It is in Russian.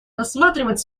рассматривать